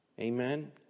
Amen